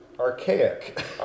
Archaic